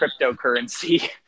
cryptocurrency